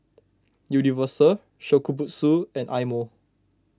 Universal Shokubutsu and Eye Mo